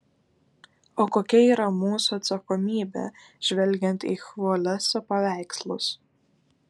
o kokia yra mūsų atsakomybė žvelgiant į chvoleso paveikslus